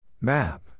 Map